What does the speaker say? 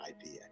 idea